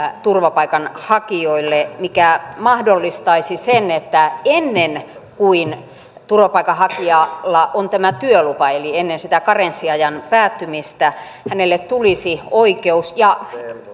turvapaikanhakijoille mikä mahdollistaisi sen että ennen kuin turvapaikanhakijalla on tämä työlupa eli ennen sitä karenssiajan päättymistä hänelle tulisi oikeus ja